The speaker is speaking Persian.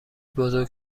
بزرگ